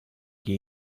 che